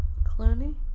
Clooney